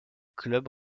club